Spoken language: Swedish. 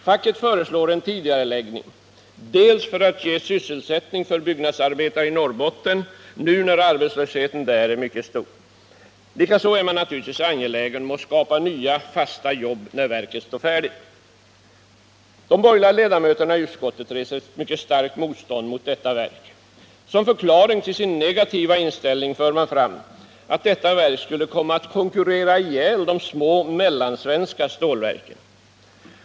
Facket föreslår en tidigareläggning bl.a. för att ge sysselsättning för byggnadsarbetare i Norrbotten nu när arbetslösheten där är mycket stor. Likaså är man naturligtvis angelägen om att skapa nya fasta jobb när verket står färdigt. De borgerliga ledamöterna i utskottet reser mycket starkt motstånd mot frågan om detta verk. Som förklaring till sin negativa inställning för man fram att detta verk skulle komma att konkurrera ihjäl de små mellansvenska stålverken.